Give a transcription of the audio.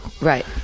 right